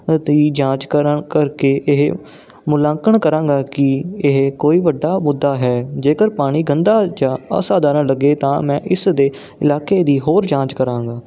ਦੀ ਜਾਂਚ ਕਰਾਂ ਕਰਕੇ ਇਹ ਮੁਲਾਂਕਣ ਕਰਾਂਗਾ ਕੀ ਇਹ ਕੋਈ ਵੱਡਾ ਮੁੱਦਾ ਹੈ ਜੇਕਰ ਪਾਣੀ ਗੰਦਾ ਜਾਂ ਅਸਾਧਾਰਣ ਲੱਗੇ ਤਾਂ ਮੈਂ ਇਸ ਦੇ ਇਲਾਕੇ ਦੀ ਹੋਰ ਜਾਂਚ ਕਰਾਂਗਾ